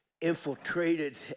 infiltrated